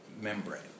membrane